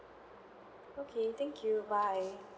okay thank you bye